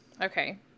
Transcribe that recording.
Okay